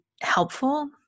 helpful